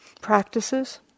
practices